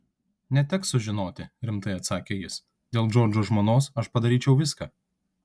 neteks sužinoti rimtai atsakė jis dėl džordžo žmonos aš padaryčiau viską